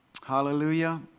Hallelujah